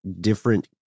different